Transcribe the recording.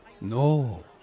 no